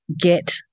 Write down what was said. get